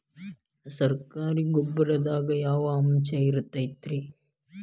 ಸರಕಾರಿ ಗೊಬ್ಬರದಾಗ ಯಾವ ಅಂಶ ಇರತೈತ್ರಿ?